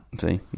See